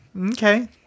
Okay